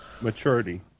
Maturity